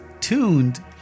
tuned